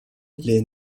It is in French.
les